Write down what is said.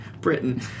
Britain